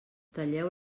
talleu